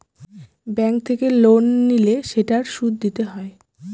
bank থেকে loan নিলে সেটার সুদ দিতে হয়